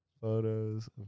Photos